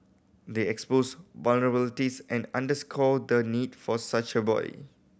they exposed vulnerabilities and underscore the need for such a boy